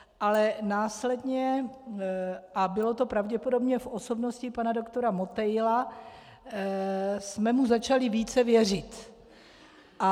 Ale následně, a bylo to pravděpodobně v osobnosti pana doktora Motejla, jsme mu začali více věřit.